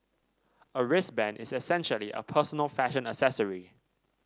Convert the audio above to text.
a wristband is essentially a personal fashion accessory